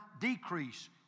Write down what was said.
decrease